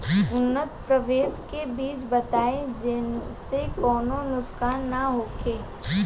उन्नत प्रभेद के बीज बताई जेसे कौनो नुकसान न होखे?